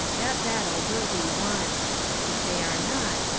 that battle will be won if they are not,